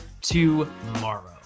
tomorrow